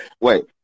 wait